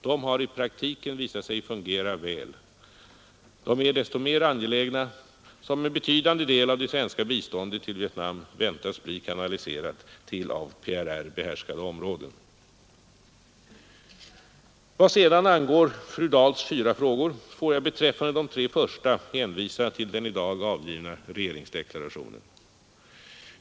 De har i praktiken visat sig fungera väl. De är desto mera angelägna som en betydande del av det svenska biståndet till Vietnam väntas bli kanaliserat till av PRR behärskade områden. Vad sedan angår fru Dahls fyra frågor får jag beträffande de tre första hänvisa till den i dag avgivna regeringsdeklarationen.